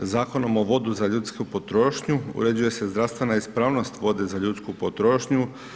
Zakonom o vodi za ljudsku potrošnju uređuje se zdravstvena ispravnost vode za ljudsku potrošnju.